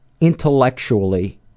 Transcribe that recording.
intellectually